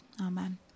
Amen